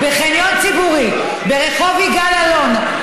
בחניון ציבורי ברחוב יגאל אלון,